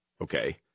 Okay